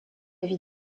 vie